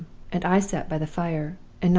and i sat by the fire,